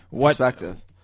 perspective